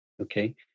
Okay